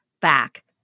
back